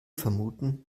vermuten